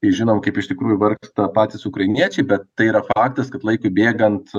jei žinom kaip iš tikrųjų vargsta patys ukrainiečiai bet tai yra faktas kad laikui bėgant